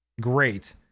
great